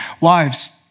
Wives